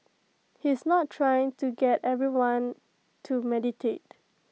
he is not trying to get everyone to meditate